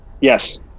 Yes